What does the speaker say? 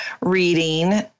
reading